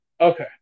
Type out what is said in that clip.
Okay